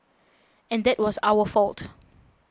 and that was our fault